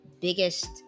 biggest